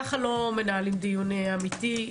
ככה לא מנהלים דיון אמיתי,